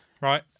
Right